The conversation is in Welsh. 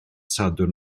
sadwrn